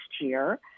year